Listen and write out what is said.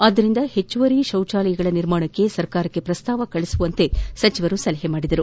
ಆದ್ದರಿಂದ ಹೆಚ್ಚುವರಿ ಶೌಚಾಲಯಗಳ ನಿರ್ಮಾಣಕ್ಕೆ ಸರ್ಕಾರಕ್ಷೆ ಪ್ರಸ್ತಾವ ಕಳುಹಿಸುವಂತೆ ಸಚಿವರು ಸಲಹೆ ಮಾಡಿದರು